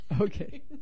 Okay